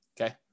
Okay